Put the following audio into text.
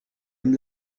amb